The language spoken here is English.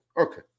okay